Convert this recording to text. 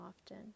often